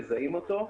מזהים אותו,